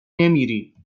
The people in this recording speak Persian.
نمیری